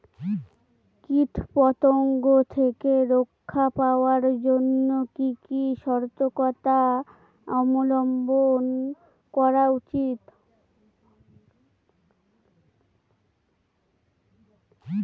কীটপতঙ্গ থেকে রক্ষা পাওয়ার জন্য কি কি সর্তকতা অবলম্বন করা উচিৎ?